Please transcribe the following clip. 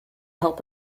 help